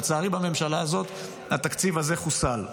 לצערי, בממשלה הזאת התקציב הזה חוסל.